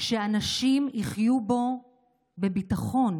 שאנשים יחיו בו בביטחון,